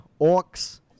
Orcs